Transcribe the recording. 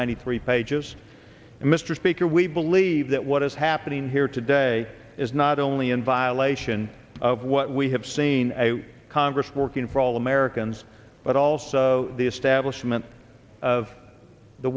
ninety three pages and mr speaker we believe that what is happening here today is not only in violation of what we have seen a congress working for all americans but also the establishment of the